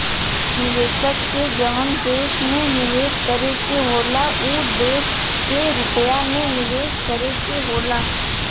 निवेशक के जवन देश में निवेस करे के होला उ देश के रुपिया मे निवेस करे के होला